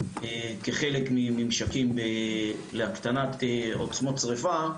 כחלק מממשקים להקטנת עוצמות שריפה.